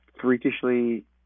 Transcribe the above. freakishly